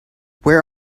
where